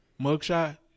mugshot